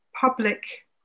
public